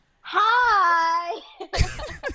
Hi